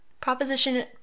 Proposition